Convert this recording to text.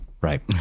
Right